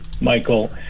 Michael